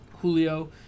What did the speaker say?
Julio